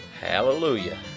Hallelujah